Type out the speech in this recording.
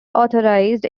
authorized